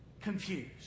confused